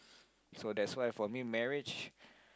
so that's why for me marriage